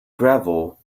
gravel